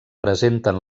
presenten